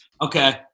Okay